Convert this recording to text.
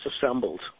disassembled